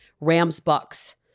Rams-Bucks